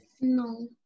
No